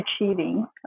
achieving